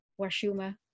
Washuma